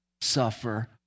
suffer